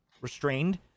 restrained